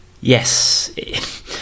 yes